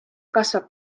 kasvab